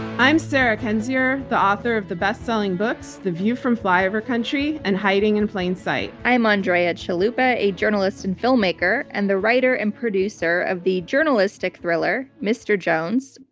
i'm sarah kendzior, the author of the bestselling books, the view from flyover country and hiding in plain sight. i'm andrea chalupa, a journalist and filmmaker, and the writer and producer of the journalistic thriller mr. jones.